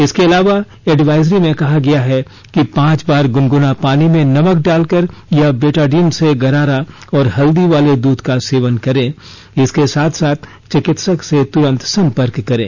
इसके अलावा एडवायजरी में कहा गया है कि पांच बार गुनगुना पानी में नमक डालकर या बेटाडीन से गरारा और हल्दी वाले दूध का सेवन करें इसके साथ साथ चिकित्सक से तुरंत संपर्क करें